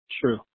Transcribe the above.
true